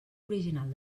original